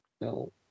No